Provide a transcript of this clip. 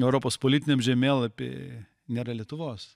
europos politiniam žemėlapy nėra lietuvos